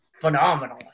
Phenomenal